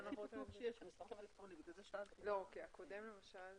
למיטב ידיעתי המסמכים האלקטרוניים של פקודת המסים